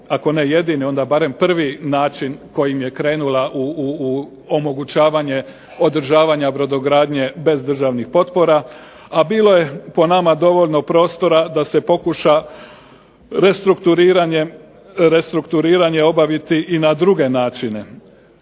ako ne jedini onda barem prvi način kojim je krenula u omogućavanje održavanja brodogradnje bez državnih potpora, a bilo je po nama dovoljno prostora da se pokuša restrukturiranje obaviti i na druge načine.